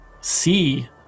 see